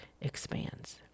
expands